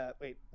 Wait